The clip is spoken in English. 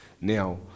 Now